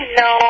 no